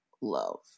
love